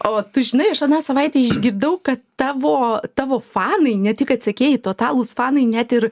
o tu žinai aš aną savaitę išgirdau kad tavo tavo fanai ne tik kad sekėjai totalūs fanai net ir